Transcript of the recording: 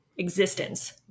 Existence